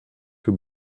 two